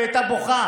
והיא הייתה בוכה,